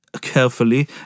Carefully